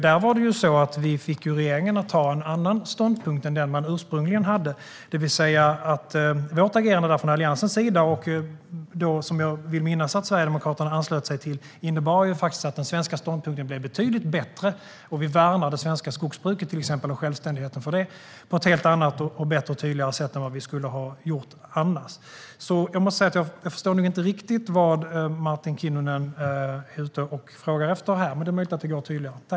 Där fick vi ju regeringen att anta en annan ståndpunkt än den man ursprungligen hade. Vårt agerande från Alliansens sida - jag vill minnas att Sverigedemokraterna anslöt sig till detta - innebar faktiskt att den svenska ståndpunkten blev betydligt bättre. Vi värnar det svenska skogsbruket, till exempel, och självständigheten för detta på ett helt annat och bättre och tydligare sätt än vad vi annars skulle ha gjort. Jag måste säga att jag nog inte riktigt förstår vad Martin Kinnunen frågar efter här. Men det är möjligt att det går att tydliggöra.